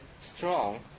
strong